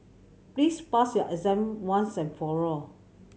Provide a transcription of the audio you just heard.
please pass your exam once and for all